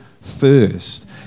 first